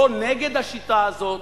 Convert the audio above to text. לא נגד השיטה הזאת.